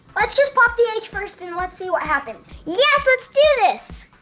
let's just pop the h first, and let's see what happens! yes, let's do this!